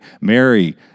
Mary